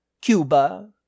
Cuba